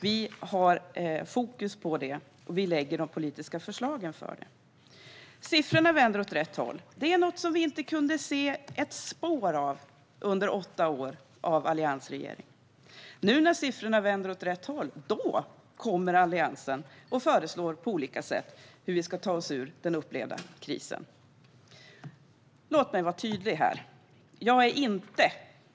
Vi har fokus på det och lägger politiska förslag för detta. Siffrorna vänder åt rätt håll. Detta kunde vi inte se ett spår av under alliansregeringens åtta år. När nu siffrorna vänder åt rätt håll kommer Alliansen med olika förslag om hur vi ska ta oss ur den upplevda krisen. Låt mig vara tydlig här.